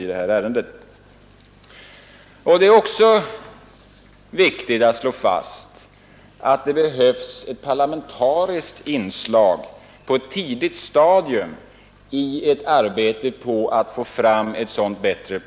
Vidare är det viktigt att slå fast, att det på ett tidigt stadium behövs ett parlamentariskt inslag i arbetet på att få fram ett bättre